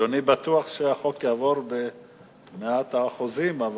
אדוני בטוח שהחוק יעבור במאת האחוזים,